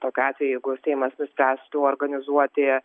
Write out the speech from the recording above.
tokiu atveju jeigu seimas nuspręstų organizuoti